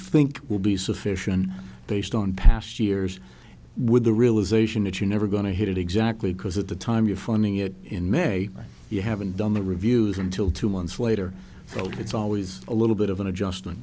think will be sufficient based on past years with the realization that you never going to hit it exactly because at the time you're funding it in may you haven't done the reviews until two months later so it's always a little bit of an adjustment